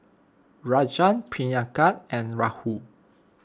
Rajan Priyanka and Rahul